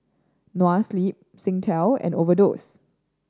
Noa Sleep Singtel and Overdose